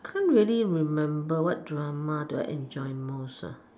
can't really remember what drama do I enjoy most